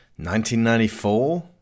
1994